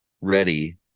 ready